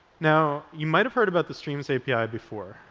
now you might have heard about the streams api before.